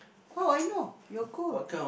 how would I know your goal